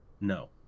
No